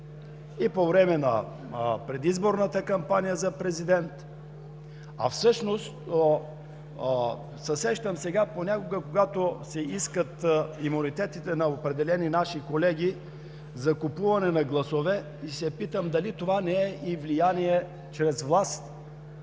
то по време на предизборната кампания за президент. Сега се сещам, че понякога, когато се искат имунитетите на определени наши колеги за купуване на гласове, се питам, дали това не е и влияние чрез власт?